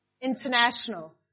International